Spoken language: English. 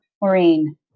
Maureen